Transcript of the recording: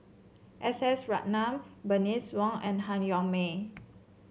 S S Ratnam Bernice Wong and Han Yong May